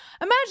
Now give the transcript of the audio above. imagine